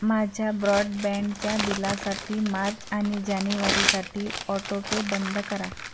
माझ्या ब्रॉडबँडच्या बिलासाठी मार्च आणि जानेवारीसाठी ऑटो पे बंद करा